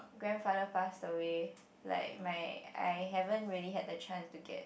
grandfather passed away like my I haven't really had the chance to get